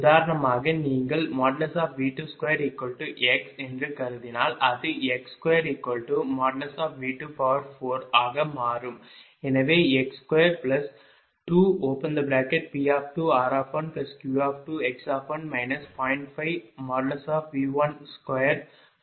உதாரணமாக நீங்கள் V22x என்று கருதினால் அது x2V24 ஆக மாறும்